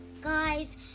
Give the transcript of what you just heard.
guys